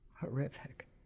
horrific